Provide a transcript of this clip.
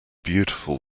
beautiful